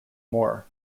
moor